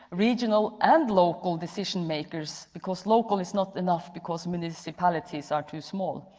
regional and local decision-makers because local is not enough because municipalities are too small.